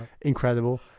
incredible